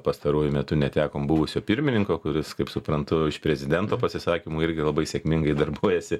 pastaruoju metu netekom buvusio pirmininko kuris kaip suprantu iš prezidento pasisakymų irgi labai sėkmingai darbuojasi